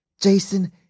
Jason